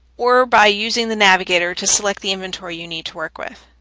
or by using the navigator to select the inventory you need to work with.